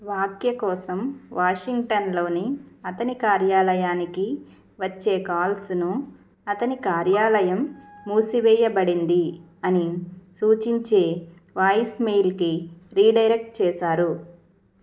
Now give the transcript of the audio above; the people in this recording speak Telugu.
వాఖ్య కోసం వాషింగ్టన్లోని అతని కార్యాలయానికి వచ్చే కాల్స్ను అతని కార్యాలయం మూసివేయబడింది అని సూచించే వాయిస్మెయిల్కి రీడైరెక్ట్ చేసారు